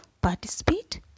participate